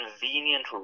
convenient